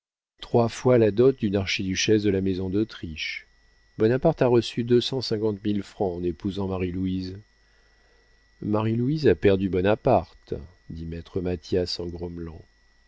trois fois la dot d'une archiduchesse de la maison d'autriche bonaparte a reçu deux cent cinquante mille francs en épousant marie-louise marie-louise a perdu bonaparte dit maître mathias en grommelant